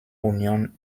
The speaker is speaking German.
union